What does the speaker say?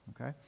okay